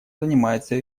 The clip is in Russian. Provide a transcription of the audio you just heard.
занимается